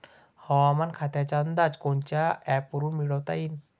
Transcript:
हवामान खात्याचा अंदाज कोनच्या ॲपवरुन मिळवता येईन?